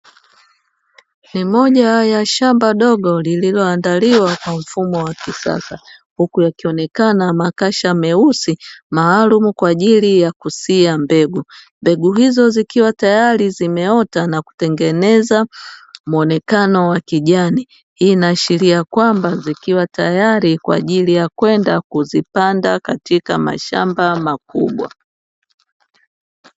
Ni moja ya shamba dogo lililoandaliwa kwa mfumo wa kisasa, huku yakionekana makasha meusi maalumu kwa ajili ya kusia mbegu, mbegu hizo zikiwa tayari zimeota na kutengeneza muonekano wa kijani. Hii inaashiria kwamba zikiwa tayari kwa ajili ya kwenda kuzipanda katika mashamba makubwa.